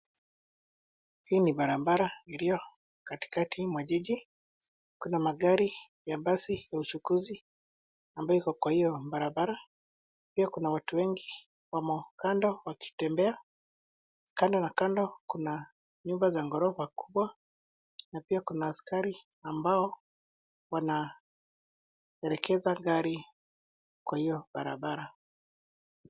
Hii ni barabara iliyo katikati mwa jiji. Kuna magari ya basi ya uchukuzi ambayo iko kwa hiyo barabara. Pia kuna watu wengi wamo kando wakitembea, kando na kando kuna nyumba za ghorofa kubwa na pia kuna askari ambao wanaelekeza gari kwa hiyo barabara.